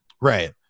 right